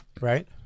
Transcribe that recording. Right